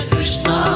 Krishna